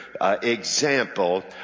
example